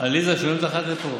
שומעים אותך עד לפה.